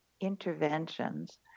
interventions